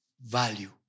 value